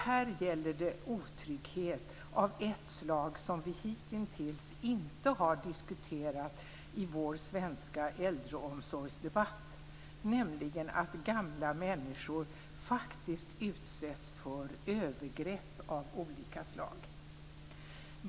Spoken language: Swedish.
Här gäller det otrygghet av ett slag som vi hitintills inte har diskuterat i vår svenska äldreomsorgsdebatt, nämligen att gamla människor faktiskt utsätts för övergrepp av olika slag.